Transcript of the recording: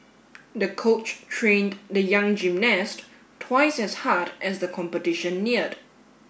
the coach trained the young gymnast twice as hard as the competition neared